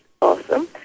awesome